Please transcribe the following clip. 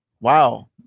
wow